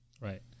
Right